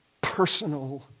personal